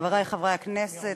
חברי חברי הכנסת,